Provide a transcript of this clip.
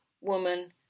woman